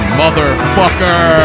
motherfucker